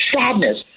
sadness